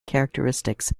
characteristics